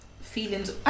feelings